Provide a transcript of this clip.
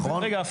נכון, רן?